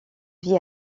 vit